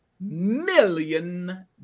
million